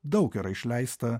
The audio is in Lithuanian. daug yra išleista